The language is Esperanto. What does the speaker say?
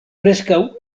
preskaŭ